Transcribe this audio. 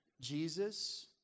Jesus